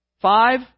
Five